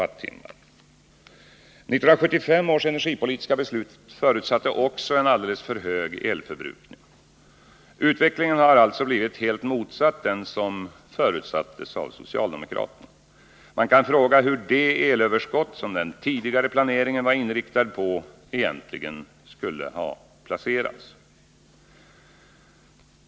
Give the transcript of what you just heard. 1975 års energipolitiska beslut förutsatte också en alldeles för hög elförbrukning; utvecklingen har alltså blivit helt motsatt den som förutsattes av socialdemokraterna. Man kan fråga hur det elöverskott som den tidigare planeringen var inriktad på egentligen skulle ha placerats.